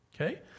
Okay